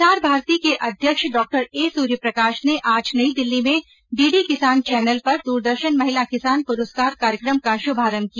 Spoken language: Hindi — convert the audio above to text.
प्रसार भारती के अध्यक्ष डॉ एसूर्यप्रकाश ने आज नई दिल्ली में डीडी किसान चैनल पर दूरदर्शन महिला किसान पुरस्कार कार्यक्रम का शुभारंभ किया